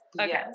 Okay